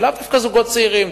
ולאו דווקא זוגות צעירים.